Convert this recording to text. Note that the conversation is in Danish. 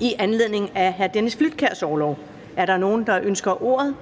i anledning af Dennis Flydtkjærs orlov. Er der nogen, der ønsker ordet?